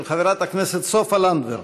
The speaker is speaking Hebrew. של חברת הכנסת סופה לנדבר.